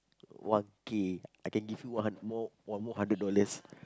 one K I can give you one one more hundred dollars